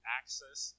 access